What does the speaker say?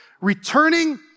Returning